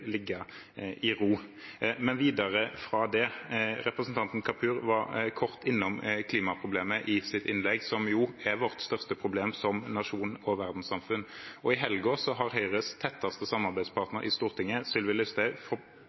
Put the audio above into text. ligge i ro. Og videre: Representanten Kapur var i sitt innlegg kort innom klimaproblemet, som er vårt største problem som nasjon og verdenssamfunn. I helgen har Høyres tetteste samarbeidspartner i Stortinget, Sylvi Listhaug,